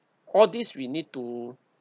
all these we need to